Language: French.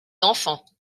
d’enfants